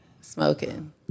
smoking